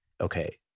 okay